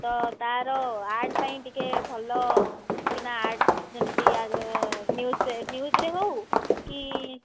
ତ ତାର ଆଡ୍ ପାଇଁ ଟିକେ ଭଲକିନା ଆଡ୍ ଯେମତି ନିଉଜ୍ ନିଉଜ୍ରେ ହେଉ କି